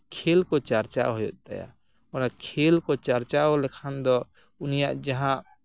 ᱠᱷᱮᱞ ᱠᱚ ᱪᱟᱨᱪᱟᱣ ᱦᱩᱭᱩᱜ ᱛᱟᱭᱟ ᱢᱟᱱᱮ ᱠᱷᱮᱞ ᱠᱚ ᱪᱟᱨᱪᱟᱣ ᱞᱮᱠᱷᱟᱱ ᱫᱚ ᱩᱱᱤᱭᱟᱜ ᱡᱟᱦᱟᱸ